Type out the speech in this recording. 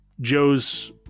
Joe's